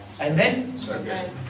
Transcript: Amen